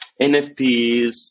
NFTs